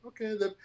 Okay